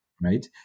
right